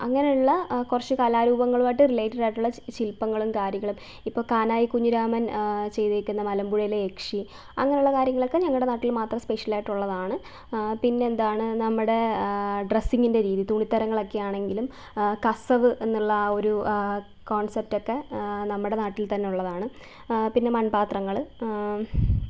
അങ്ങനെയുള്ള കുറച്ച് കലാരൂപങ്ങളുമായിട്ട് റിലേറ്റഡ് ആയിട്ടുള്ള ശില്പങ്ങളും കാര്യങ്ങളും ഇപ്പോൾ കാനായി കുഞ്ഞിരാമൻ ചെയ്തിരിക്കുന്ന മലമ്പുഴയിലെ യക്ഷി അങ്ങനെയുള്ള കാര്യങ്ങളൊക്കെ ഞങ്ങളുടെ നാട്ടിൽ മാത്രം സ്പെഷ്യലായിട്ടുള്ളതാണ് പിന്നെയെന്താണ് നമ്മുടെ ഡ്രെസ്സിങ്ങിന്റെ രീതി തുണിത്തരങ്ങളൊക്കെ ആണെങ്കിലും കസവ് എന്നുള്ള ആ ഒരൂ കോൺസെപ്റ്റൊക്കെ നമ്മുടെ നാട്ടിൽത്തന്നെയുള്ളതാണ് പിന്നെ മൺപാത്രങ്ങൾ